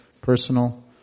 personal